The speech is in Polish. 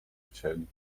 chcieli